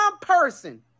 person